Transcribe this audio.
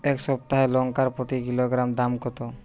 এই সপ্তাহের লঙ্কার প্রতি কিলোগ্রামে দাম কত?